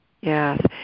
Yes